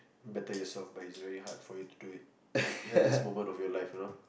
better yourself but is very hard to do for you to do it at this moment of your life you know